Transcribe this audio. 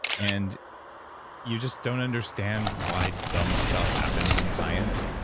and you just don't understand why dumb stuff happens in science.